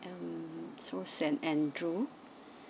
and~ so saint andrew